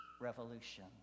revolution